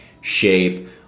Shape